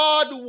God